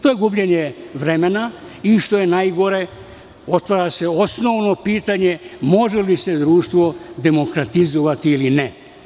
To je gubljenje vremena i što je najgore otvara se osnovno pitanje - može li se društvo demokratizovati ili ne?